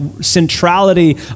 centrality